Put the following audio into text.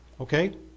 Okay